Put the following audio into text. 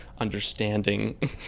understanding